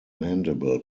mandible